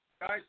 guys